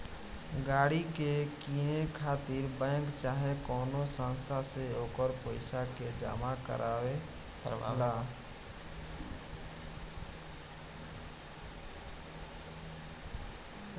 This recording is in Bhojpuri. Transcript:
गाड़ी के किने खातिर बैंक चाहे कवनो संस्था से ओकर पइसा के जामा करवावे ला